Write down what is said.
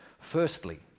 Firstly